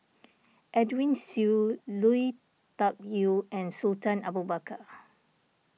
Edwin Siew Lui Tuck Yew and Sultan Abu Bakar